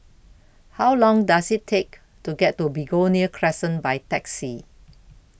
How Long Does IT Take to get to Begonia Crescent By Taxi